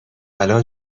الان